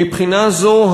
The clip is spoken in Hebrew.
מבחינה זו,